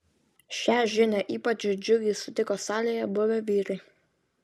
šią žinią ypač džiugiai sutiko salėje buvę vyrai